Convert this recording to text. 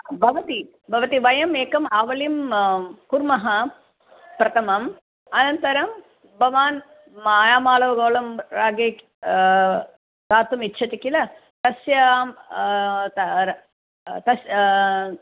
भवति भवति वयं एकम् आवलिं कुर्मः प्रथमम् अनन्तरं भवान् मायामालवगौलं रागे दातुमिच्छति किल तस्य तस्य